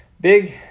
Big